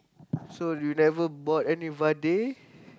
so you never bought any Vada